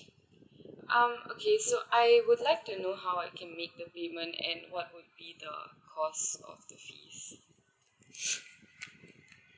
um okay so I would like to know how I can made the payment and what would be the cost of the fees